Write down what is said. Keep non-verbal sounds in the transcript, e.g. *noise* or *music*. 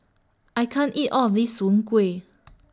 I can't eat All of This Soon Kueh *noise*